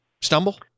stumble